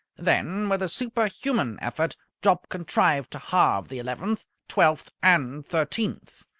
then with a superhuman effort jopp contrived to halve the eleventh, twelfth, and thirteenth.